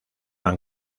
han